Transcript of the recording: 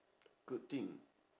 good thing